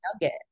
nugget